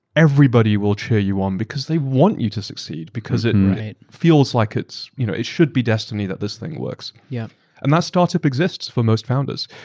everybody will cheer you on because they want you to succeed, because it feels like you know it should be destiny that this thing works. yeah and that startup exists for most founders.